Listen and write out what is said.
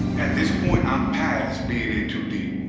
at this point, i'm past being in too deep.